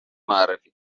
معرفی